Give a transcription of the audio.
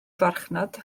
farchnad